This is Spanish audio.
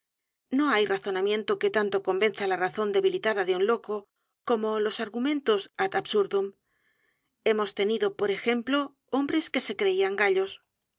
no hay razonamiento que tanto convenza la razón debilitada de un loco como los a r g u m e n t o s ad absurdum hemos tenido por ejemplo h o m b r e s que se creían gallos